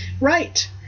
Right